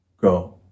go